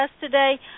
today